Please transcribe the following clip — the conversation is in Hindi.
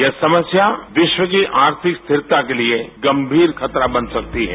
यह समस्या विश्व की आर्थिक स्थिता के लिए गंभीर खतरा बन सकती है